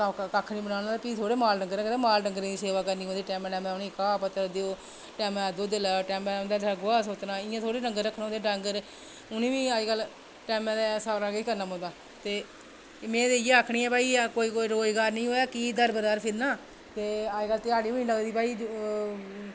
कक्ख निं बनाना होऐ ते भी थोह्ड़े माल डंगर रक्खोंदे डंगरें दी सेवा करनी पौंदी टैमें टैमें दी उ'नें ई घाऽ पत्तर देओ टैमें दा दुद्ध लैओ ते टैमें दा उंदे थल्लै दा गोहा सोत्तना ते इं'या थोह्ड़े डंगर रक्खना होंदे डंगर उ'नें ई बी अज्ज कल टैमें दा सारा किश करना पौंदा ते में ते इ'यै आक्खनी आं की भाई कोई कोई रोज़गार निं होऐ कीऽ दर बदर फिरना ते अज्जकल ध्याड़ी बी नेईं लगदी भई